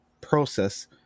process